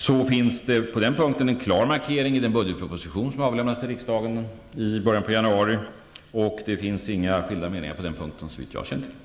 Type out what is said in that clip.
Det finns på den punkten en klar markering i den budgetproposition som avlämnades till riksdagen i början på januari, och där finns inga skilda meningar, såvitt jag känner till.